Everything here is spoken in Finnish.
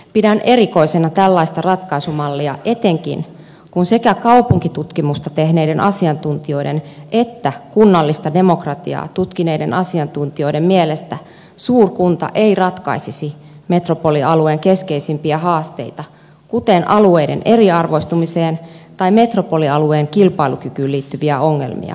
pidän erikoisena tällaista ratkaisumallia etenkin kun sekä kaupunkitutkimusta tehneiden asiantuntijoiden että kunnallista demokratiaa tutkineiden asiantuntijoiden mielestä suurkunta ei ratkaisisi metropolialueen keskeisimpiä haasteita kuten alueiden eriarvoistumiseen tai metropolialueen kilpailukykyyn liittyviä ongelmia